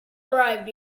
arrived